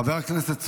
חבר הכנסת סולומון,